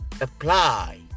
apply